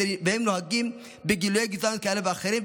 והם נוהגים בגילויי גזענות כאלה ואחרים,